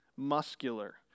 Muscular